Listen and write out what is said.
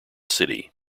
city